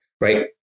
Right